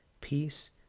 peace